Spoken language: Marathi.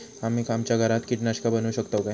आम्ही आमच्या घरात कीटकनाशका बनवू शकताव काय?